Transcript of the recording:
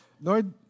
Lord